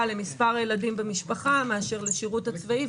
למספר הילדים במשפחה מאשר לשירות הצבאי.